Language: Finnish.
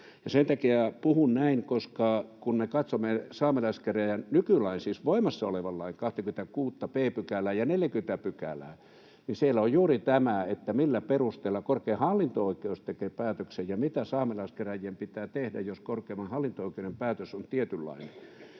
Sen takia puhun näin, koska kun me katsomme saamelaiskäräjien nykylain, siis voimassa olevan lain 26 b §:ää ja 40 §:ää, niin siellä on juuri tämä, millä perusteella korkein hallinto-oikeus tekee päätöksen ja mitä saamelaiskäräjien pitää tehdä, jos korkeimman hallinto-oikeuden päätös on tietynlainen.